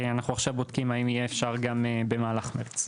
אנחנו עכשיו בודקים אם יהיה אפשר גם במהלך מרץ.